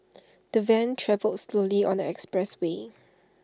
the van travelled slowly on the expressway